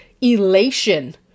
elation